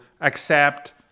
accept